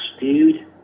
dude